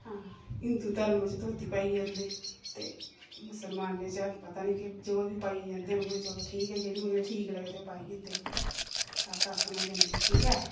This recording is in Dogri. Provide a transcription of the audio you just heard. हां हिंदु धर्म च धोतियां पाइयै जंदे ते मुस्लमानें च पता निं केह् पाइयै जो बी पाइयै जंदे होङन चलो ठीक ऐ जेह्ड़ी उ'नेंगी ठीक लग्गै ओह् पाइयै जंदे अस अपने जन्नें ठीक ऐ